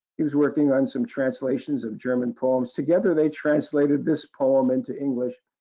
he was working on some translations of german poems. together they translated this poem into english,